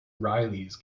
rileys